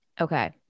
Okay